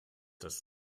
das